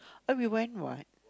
eh we went what